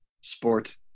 sport